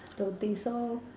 don't think so